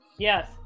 Yes